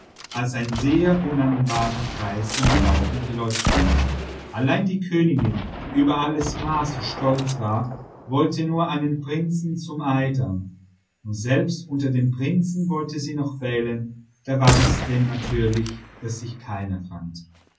als ein sehr annehmbarer preis in die augen geleuchtet haben allein die königin die über alles maß stolz war wollte nur einen prinzen zum eidam und selbst unter den prinzen wollte sie noch wählen da war es denn natürlich daß sich keiner fand